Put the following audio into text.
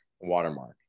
watermark